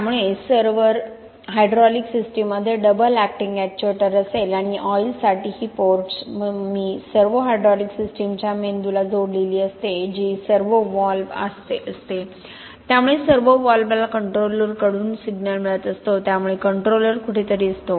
त्यामुळे server hydraulic सिस्टीममध्ये double acting actuator असेल आणि ऑइलसाठी ही पोर्ट्स मी सर्व्होहायड्रॉलिक सिस्टीमच्या मेंदूला जोडलेली असते जी सर्व्होव्हॉल्व्ह असते त्यामुळे सर्व्होव्हॉल्व्हला कंट्रोलरकडून सिग्नल मिळत असतो त्यामुळे कंट्रोलर कुठेतरी असतो